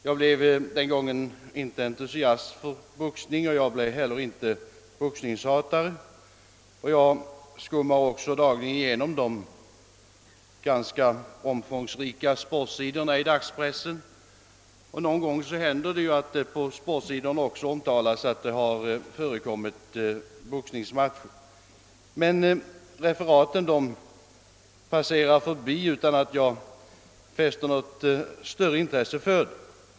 Jag blev den gången inte entusiast för boxning, och jag blev inte heller boxningshatare. Jag skummar också dagligen de ganska omfångsrika sportsidorna i dagspressen. Någon gång händer det att det på sportsidorna omtalas att det har förekommit boxningsmatcher. Men referaten passerar utan att jag ägnar dem något större intresse.